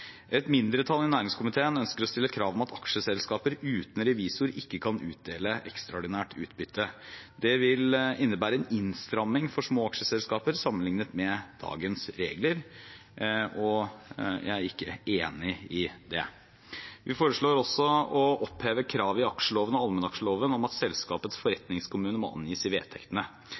aksjeselskaper uten revisor ikke kan utdele ekstraordinært utbytte. Det ville innebære en innstramming for små aksjeselskaper sammenlignet med dagens regler, og jeg er ikke enig i det. Vi foreslår også å oppheve kravet i aksjeloven og allmennaksjeloven om at selskapenes forretningskommune må angis i vedtektene.